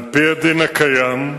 על-פי הדין הקיים,